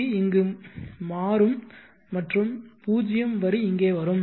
C இங்கு மாறும் மற்றும் 0 வரி இங்கே வரும்